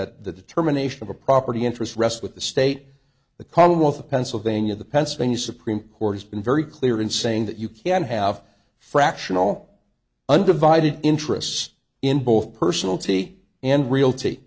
law that that terminations of property interest rests with the state the commonwealth of pennsylvania the pennsylvania supreme court has been very clear in saying that you can have fractional undivided interests in both personal t